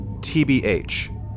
TBH